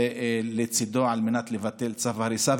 לצידו על מנת לבטל צו הריסה.